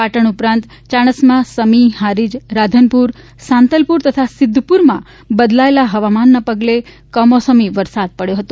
પાટણ ઉપરાંત ચાણસ્મા સમી હારીજ રાધનપુર સાંતલપુર તથા સિદ્ધપુરમાં બદલાયેલા હવામાનને પગલે કમોસમી વરસાદ પડચો હતો